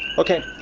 okay,